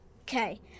Okay